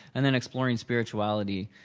and then exploring spirituality